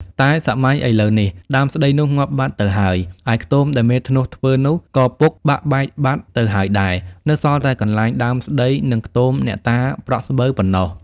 តែសម័យឥឡូវនេះ ដើមស្តីនោះ ងាប់បាត់ទៅហើយ ឯខ្ទម ដែលមេធ្នស់ធ្វើនោះ ក៏ពុកបាក់បែកបាត់ ទៅហើយដែរ នៅសល់តែកន្លែងដើមស្តី និងខ្ទមអ្នកតាប្រក់ស្បូវប៉ុណ្ណោះ។